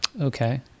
Okay